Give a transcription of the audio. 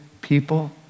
people